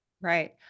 Right